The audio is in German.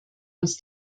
uns